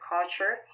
culture